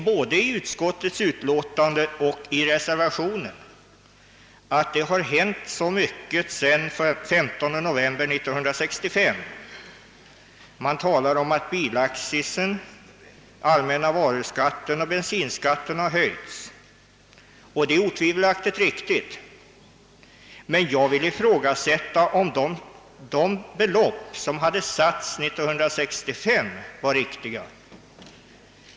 Både i utskottsutlåtandet och i reservationen sägs att det har hänt mycket sedan den 15 november 1965 — bilaccisen, allmänna varuskatten och bensinskatten har höjts. Jag vill emellertid ifrågasätta om de belopp som fastställdes 1965 var riktiga.